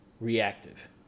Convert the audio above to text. reactive